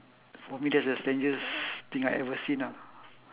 for me that's the strangest thing I ever seen ah